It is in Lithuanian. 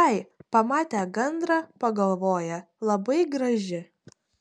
ai pamate gandrą pagalvoja labai graži